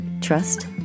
trust